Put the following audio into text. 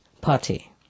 party